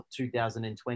2020